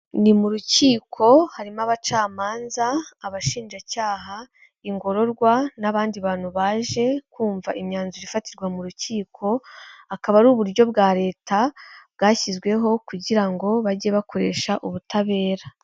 Ni mu rukiko harimo abacamanza, abashinjacyaha, ingororwa n'abandi bantu baje kumva imyanzuro ifatirwa mu rukiko, akaba ari uburyo bwa Leta bwashyizweho kugira ngo bajye bakoresha ubutabera.